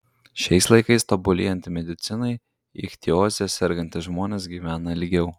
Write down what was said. šiais laikais tobulėjant medicinai ichtioze sergantys žmonės gyvena ilgiau